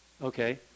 Okay